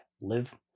live